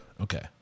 Okay